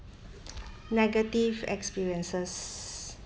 negative experiences